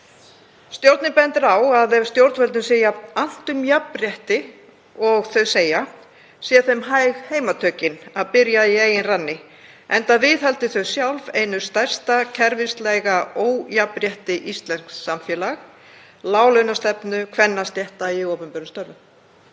Stjórnin bendir á að ef stjórnvöldum sé jafn annt um jafnrétti og þau segja, séu þeim hæg heimatökin að byrja í eigin ranni, enda viðhaldi þau sjálf einu stærsta kerfislæga ójafnrétti íslensks samfélags; láglaunastefnu kvennastétta í opinberum störfum.